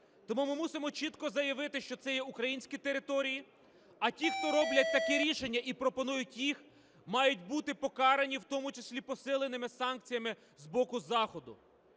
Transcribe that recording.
Тому ми мусимо чітко заявити, що це є українські території, а ті, хто роблять такі рішення і пропонують їх, мають бути покарані, в тому числі посиленими санкціями з боку Заходу.